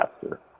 faster